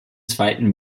zweiten